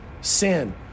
sin